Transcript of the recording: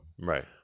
Right